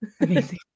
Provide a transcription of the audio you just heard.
Amazing